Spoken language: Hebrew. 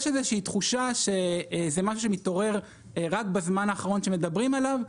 יש איזושהי תחושה שזה משהו שמתעורר רק בזמן האחרון כשמדברים עליו.